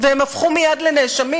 והם הפכו מייד לנאשמים.